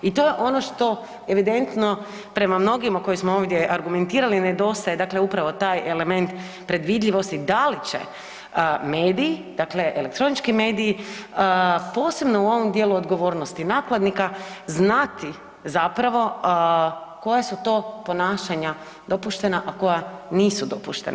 I to je ono što evidentno prema mnogima koje smo ovdje argumentirali nedostaje dakle upravo taj element predvidljivosti da li će mediji dakle elektronički mediji posebno u ovom dijelu odgovornosti nakladnika znati zapravo koja su to ponašanja dopuštena, a koja nisu dopuštena.